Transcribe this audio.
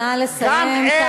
נא לסיים.